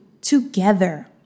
together